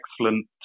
excellent